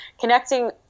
connecting